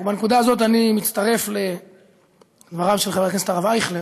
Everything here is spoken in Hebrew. בנקודה הזאת אני מצטרף לדבריו של חבר הכנסת הרב אייכלר,